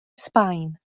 sbaen